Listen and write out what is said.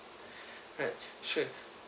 alright sure